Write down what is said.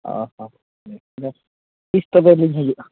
ᱟᱪᱪᱷᱟ ᱵᱮᱥ ᱵᱮᱥ ᱛᱤᱥ ᱛᱚᱵᱮᱞᱤᱧ ᱦᱤᱡᱩᱜᱼᱟ